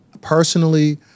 personally